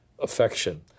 affection